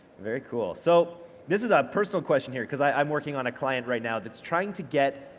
very cool. so this is ah a personal question here, because i'm working on a client right now that's trying to get